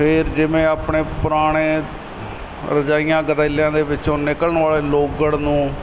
ਫਿਰ ਜਿਵੇਂ ਆਪਣੇ ਪੁਰਾਣੇ ਰਜਾਈਆਂ ਗਦੈਲਿਆਂ ਦੇ ਵਿੱਚੋਂ ਨਿਕਲਣ ਵਾਲੇ ਲੋਗੜ ਨੂੰ